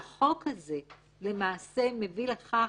והחוק הזה למעשה מביא לכך